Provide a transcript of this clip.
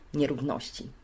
nierówności